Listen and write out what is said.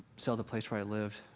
sell the place where i lived,